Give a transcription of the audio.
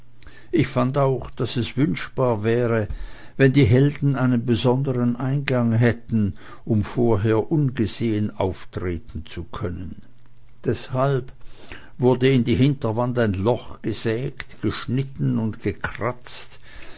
ich fand auch daß es wünschbar wäre wenn die helden einen besondern eingang hätten um vorher ungesehen auftreten zu können deshalb wurde in die hinterwand ein loch gesägt geschnitten und gekratzt